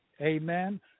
Amen